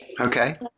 okay